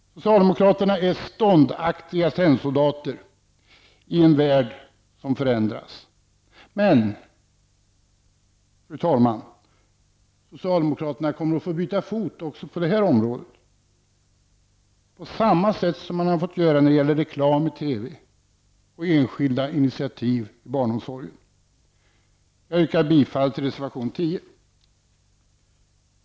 Socialdemokraterna är ståndaktiga tennsoldater i en värld som förändras. Men, fru talman, socialdemokraterna kommer att få byta fot även på det här området på samma sätt som man har fått göra när det gäller reklam i TV och enskilda initiativ inom barnomsorgen. Jag yrkar bifall till reservation nr 10.